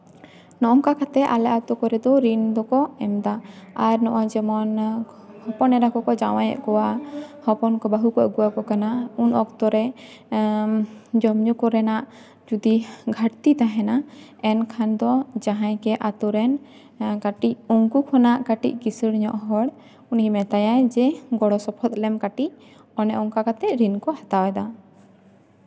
ᱱᱚᱝᱟ ᱠᱟᱛᱮᱫ ᱟᱞᱮ ᱟᱹᱛᱩ ᱠᱚᱨᱮ ᱫᱚ ᱨᱤᱱ ᱫᱚᱠᱚ ᱮᱢ ᱮᱫᱟ ᱟᱨ ᱱᱚᱜᱼᱚᱭ ᱡᱮᱢᱚᱱ ᱦᱚᱯᱚᱱ ᱮᱨᱟ ᱠᱚᱠᱚ ᱡᱟᱶᱟᱭ ᱮᱫ ᱠᱚᱣᱟ ᱦᱚᱯᱚᱱ ᱠᱚ ᱵᱟᱹᱦᱩ ᱠᱚ ᱟᱹᱜᱩ ᱟᱠᱚ ᱠᱟᱱᱟ ᱩᱱ ᱚᱠᱛᱚ ᱨᱮ ᱡᱚᱢ ᱧᱩ ᱠᱚᱨᱮᱱᱟᱜ ᱡᱩᱫᱤ ᱜᱷᱟᱴᱛᱤ ᱛᱟᱦᱮᱸᱱᱟ ᱮᱱᱠᱷᱟᱱ ᱫᱚ ᱡᱟᱦᱟᱸᱭ ᱜᱮ ᱟᱹᱛᱩ ᱨᱮᱱ ᱠᱟᱹᱴᱤᱪ ᱩᱱᱠᱩ ᱠᱷᱚᱱᱟᱜ ᱠᱟᱹᱴᱤᱪ ᱠᱤᱥᱟᱹᱲ ᱧᱚᱜ ᱦᱚᱲ ᱩᱱᱤ ᱢᱮᱛᱟᱭᱟᱭ ᱡᱮ ᱜᱚᱲᱚ ᱥᱚᱯᱚᱦᱚᱫ ᱞᱮᱢ ᱠᱟᱹᱴᱤᱡ ᱚᱱᱮ ᱚᱱᱠᱟ ᱠᱟᱛᱮᱫ ᱨᱤᱱ ᱠᱚ ᱦᱟᱛᱟᱣ ᱮᱫᱟ